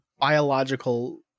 biological